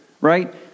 right